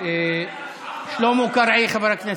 שלמה קרעי, חבר הכנסת,